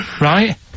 Right